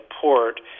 port